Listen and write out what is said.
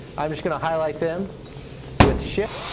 i'm just going to highlight them with shift